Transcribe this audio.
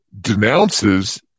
denounces